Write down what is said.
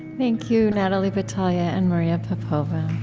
thank you, natalie batalha and maria popova